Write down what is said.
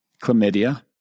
chlamydia